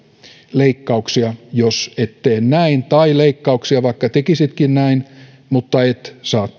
leikkauksia jos et tee näin tai leikkauksia vaikka tekisitkin näin mutta et saa